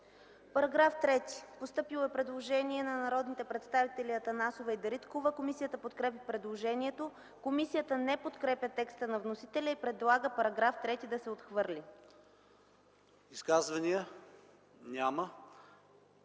По § 3 е постъпило предложение на народните представители Атанасова и Дариткова. Комисията подкрепя предложението. Комисията не подкрепя текста на вносителя и предлага § 3 да се отхвърли. ПРЕДСЕДАТЕЛ